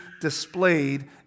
displayed